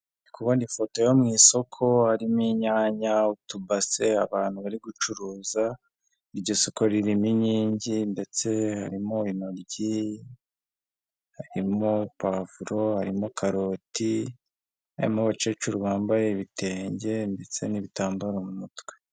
Ndi kubona ifoto yo mu isoko harimo inyanya utubase abantu bari gucuruza, iryo soko ririmo inkingi ndetse harimo intoryi, harimo pavuro harimo karoti, harimo abakecuru bambaye ibitenge ndetse n'ibitambaro mu mutwe.